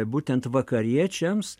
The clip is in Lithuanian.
būtent vakariečiams